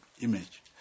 image